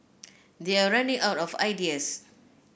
they're running out of ideas